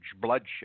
bloodshed